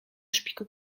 szpiku